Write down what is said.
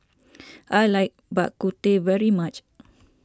I like Bak Kut Teh very much